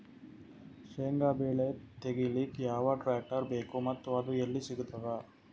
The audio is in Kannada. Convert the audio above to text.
ಶೇಂಗಾ ಬೆಳೆ ತೆಗಿಲಿಕ್ ಯಾವ ಟ್ಟ್ರ್ಯಾಕ್ಟರ್ ಬೇಕು ಮತ್ತ ಅದು ಎಲ್ಲಿ ಸಿಗತದ?